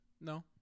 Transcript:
no